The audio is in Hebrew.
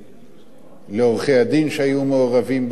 לעורכי-הדין שהיו מעורבים בעניין הזה,